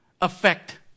effect